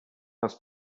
das